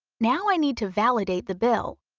now i need to validate the bill.